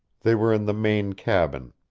they were in the main cabin.